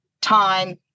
time